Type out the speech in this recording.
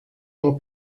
del